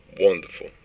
wonderful